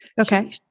Okay